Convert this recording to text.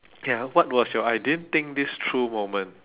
K ah what was your I didn't think this through moment